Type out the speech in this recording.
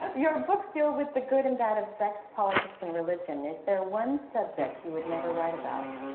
your books deal with the good and bad of sex, politics, and religion. is there one subject you would never write about?